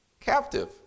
captive